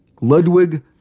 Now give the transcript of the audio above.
Ludwig